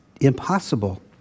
impossible